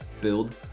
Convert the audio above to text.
build